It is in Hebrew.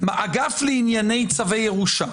אגף לענייני צווי ירושה.